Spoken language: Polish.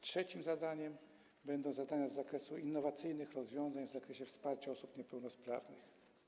Trzecim zadaniem będą zadania z zakresu innowacyjnych rozwiązań w zakresie wsparcia osób niepełnosprawnych.